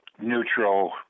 neutral